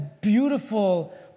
beautiful